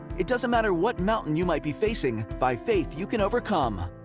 it doesn't matter what mountain you might be facing. by faith, you can overcome.